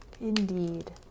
Indeed